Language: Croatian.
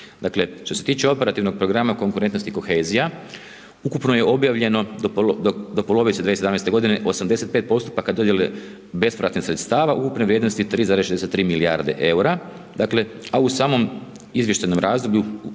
što se tiče operativnog programa konkurentnosti i kohezija ukupno je obavljeno, do polovice 2017. g. 85 postupaka dodjele bespovratnih sredstava ukupne vrijednosti 3,63 milijarde eura. Dakle, a u samom izvještajnom razdoblju